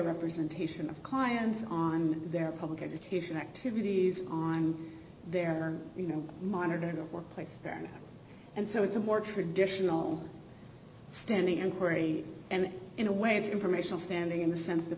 representation of clients on their public education activities on their you know monitoring the workplace and so it's a more traditional standing and parade and in a way it's informational standing in the sense that